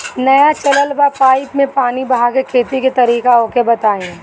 नया चलल बा पाईपे मै पानी बहाके खेती के तरीका ओके बताई?